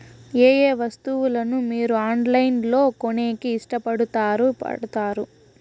ఏయే వస్తువులను మీరు ఆన్లైన్ లో కొనేకి ఇష్టపడుతారు పడుతారు?